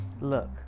Look